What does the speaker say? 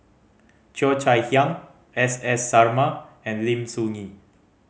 Cheo Chai Hiang S S Sarma and Lim Soo Ngee